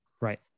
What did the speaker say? Right